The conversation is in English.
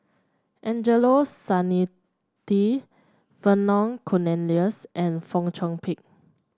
Angelo Vernon Cornelius and Fong Chong Pik